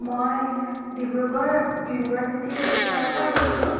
মই ডিব্ৰুগড় ইউনিভাৰ্ছিটিৰ ওচৰৰ পৰা কৈছিলোঁ